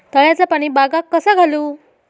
तळ्याचा पाणी बागाक कसा घालू?